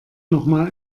nochmal